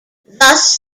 thus